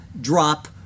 drop